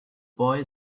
boy